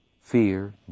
fear